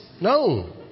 No